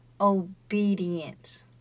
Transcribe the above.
obedience